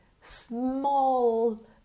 small